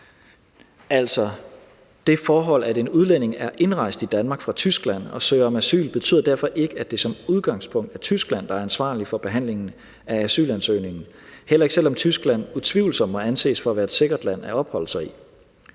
Det forhold, at en udlænding er indrejst i Danmark fra Tyskland og søger om asyl, betyder derfor ikke, at det som udgangspunkt er Tyskland, der er ansvarlig for behandlingen af asylansøgningen, heller ikke, selv om Tyskland utvivlsomt må anses for at være et sikkert land at opholde sig i.